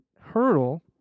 hurdle